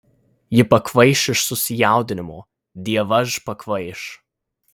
ji pakvaiš iš susijaudinimo dievaž pakvaiš